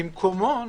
במקומו,